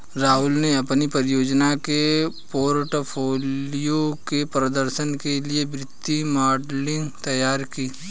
राहुल ने अपनी परियोजना के पोर्टफोलियो के प्रदर्शन के लिए वित्तीय मॉडलिंग तैयार की